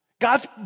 God's